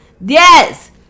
Yes